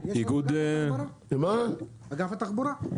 אגף התחבורה,